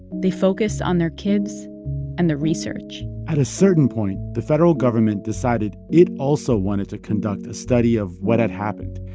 they focused on their kids and the research at a certain point, the federal government decided it also wanted to conduct a study of what had happened,